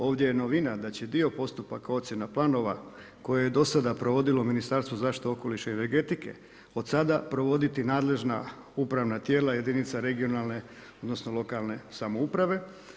Ovdje je novina da će dio postupaka ocjena planova koje je do sada provodilo Ministarstvo zaštite okoliša i energetike od sada provoditi nadležna upravna tijela jedinica regionalne, odnosno lokalne samouprave.